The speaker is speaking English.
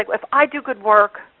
if i do good work,